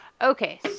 Okay